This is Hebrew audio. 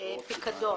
פיקדון.